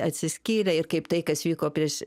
atsiskyrę ir kaip tai kas vyko prieš